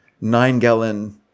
nine-gallon